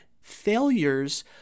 failures